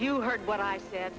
you heard what i said